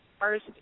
First